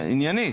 עניינית,